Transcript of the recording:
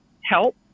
help